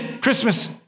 Christmas